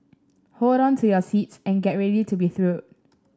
hold on to your seats and get ready to be thrilled